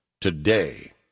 today